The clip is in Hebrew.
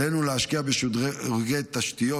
עלינו להשקיע בשדרוגי תשתיות,